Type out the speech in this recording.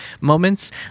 moments